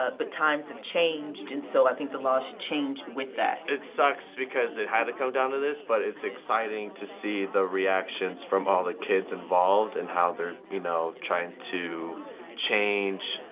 ah but times have changed and so i think the laws should change with that. it sucks because it had to come down to this, but it's exciting exciting to see the reactions from all the kids involved and how they're, you know, trying to change,